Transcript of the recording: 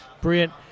Brilliant